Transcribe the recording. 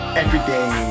everyday